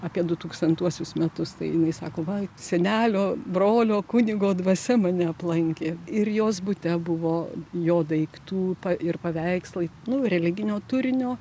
apie du tūkstantuosius metus tai jinai sako va senelio brolio kunigo dvasia mane aplankė ir jos bute buvo jo daiktų pa ir paveikslai nu religinio turinio